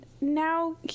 now